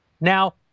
Now